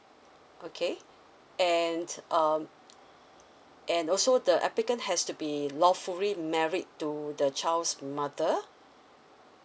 okay and um and also the applicant has to be lawfully married to the child's mother